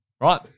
right